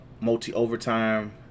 multi-overtime